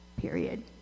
period